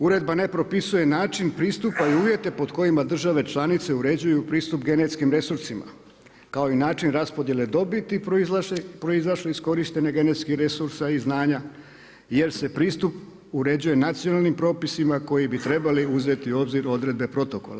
Uredba ne propisuje način pristupa i uvjete pod kojima države članice uređuju pristup genetskim resursima kao i način raspodjele dobiti proizašle iz korištenja genetskih resursa i znanja jer se pristup uređuje nacionalnim propisima koji bi trebali uzeti u obzir odredbe protokola.